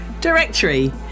directory